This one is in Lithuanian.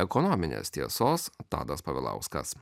ekonominės tiesos tadas povilauskas